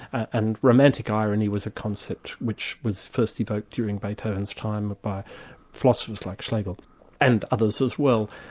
and romantic irony was a concept which was first evoked during beethoven's time by philosophers like schlegel and others as well.